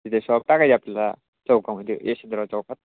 तिथे शॉप टाकायची आपल्याला चौक म्हणजे यशवंतराव चौकात